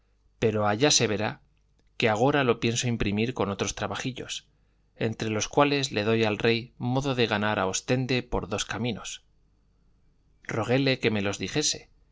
pero allá se verá que agora lo pienso imprimir con otros trabajillos entre los cuales le doy al rey modo de ganar a ostende por dos caminos roguéle que me los dijese